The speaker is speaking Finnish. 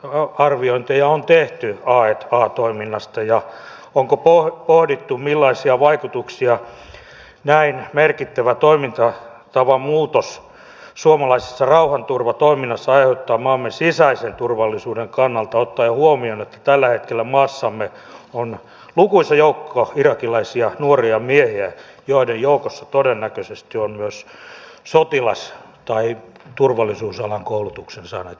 millaisia riskiarviointeja on tehty a a toiminnasta ja onko pohdittu millaisia vaikutuksia näin merkittävä toimintatavan muutos suomalaisessa rauhanturvatoiminnassa aiheuttaa maamme sisäisen turvallisuuden kannalta ottaen huomioon että tällä hetkellä maassamme on lukuisa joukko irakilaisia nuoria miehiä joiden joukossa todennäköisesti on myös sotilas tai turvallisuusalan koulutuksen saaneita henkilöitä